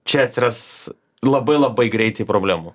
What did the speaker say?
čia atsiras labai labai greitai problemų